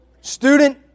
Student